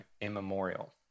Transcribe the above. immemorial